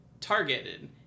targeted